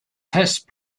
test